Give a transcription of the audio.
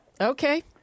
Okay